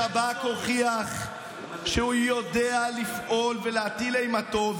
השב"כ הוכיח שהוא יודע לפעול ולהטיל אימתו.